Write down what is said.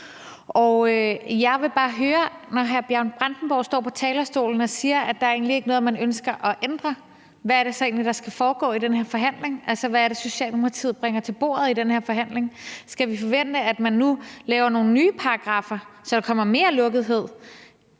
her forhandling, når hr. Bjørn Brandenborg står på talerstolen og siger, at der egentlig ikke er noget, man ønsker at ændre. Altså, hvad er det, Socialdemokratiet bringer til bordet i den her forhandling? Skal vi forvente, at man nu laver nogle nye paragraffer, så der kommer mere lukkethed,